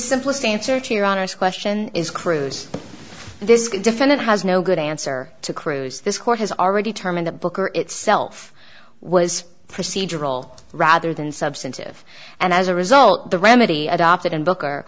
simplest answer to your honor's question is cruise this defendant has no good answer to cruise this court has already term in the book or itself was procedural rather than substantive and as a result the remedy adopted in booker